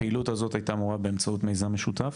הפעילות הזאת הייתה אמורה להיות באמצעות מיזם משותף?